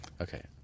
okay